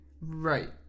Right